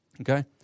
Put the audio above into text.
okay